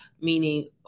meaning